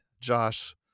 Josh